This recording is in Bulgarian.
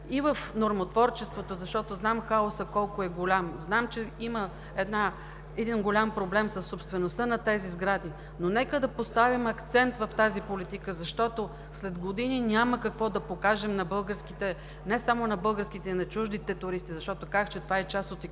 и в нормотворчеството, защото знам колко е голям хаосът. Знам че има един голям проблем със собствеността на тези сгради, но нека да поставим акцент в тази политика! Защото след години няма какво да покажем на българските – не само на българските, а и на чуждите туристи, защото това е част от